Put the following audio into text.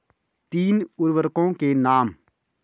तीन उर्वरकों के नाम?